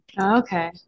Okay